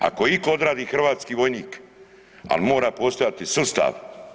Ako itko odradi hrvatski vojnik, ali mora postojati sustav.